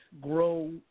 grow